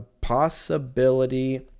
possibility